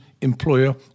employer